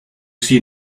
see